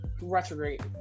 retrograde